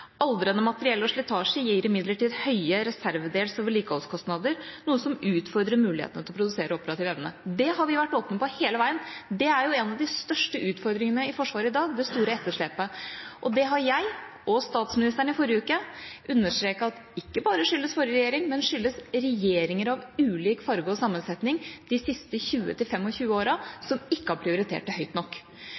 Aldrende materiell og slitasje gir imidlertid høye reservedels- og vedlikeholdskostnader, noe som utfordrer mulighetene til å produsere operativ evne.» Det har vi vært åpne på hele veien. Det er en av de største utfordringene i Forsvaret i dag: det store etterslepet. Det har jeg – og statsministeren i forrige uke – understreket at ikke bare skyldes forrige regjering, men regjeringer av ulik farge og sammensetning de siste 20–25 årene, som ikke har prioritert det høyt nok.